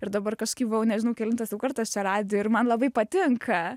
ir dabar kažkaip buvau nežinau kelintas jau kartas čia radijui ir man labai patinka